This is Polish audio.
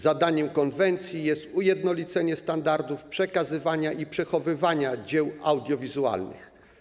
Zadaniem konwencji jest ujednolicenie standardów przekazywania i przechowywania dzieł audiowizualnych.